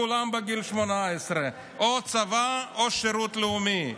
כולם בגיל 18 או צבא או שירות לאומי.